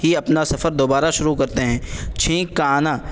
ہی اپنا سفر دوبارہ شروع کرتے ہیں چھینک کا آنا